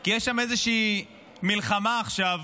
כי יש שם איזושהי מלחמה עכשיו